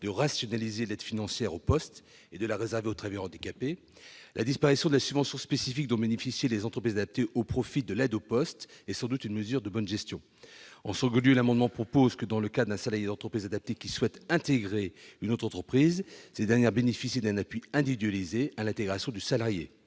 de rationaliser l'aide financière au poste et de la réserver aux travailleurs handicapés. La disparition de la subvention spécifique dont bénéficiaient les entreprises adaptées au profit de l'aide au poste est sans doute une mesure de bonne gestion. Ensuite, il est proposé que, si un salarié d'une entreprise adaptée souhaite intégrer une autre entreprise, cette dernière bénéficie d'un appui individualisé à l'intégration du salarié.